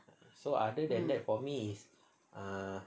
so other than that for me is err ah